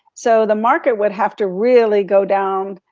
so the market would have to really go down,